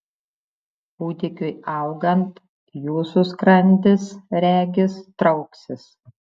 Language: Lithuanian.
kūdikiui augant jūsų skrandis regis trauksis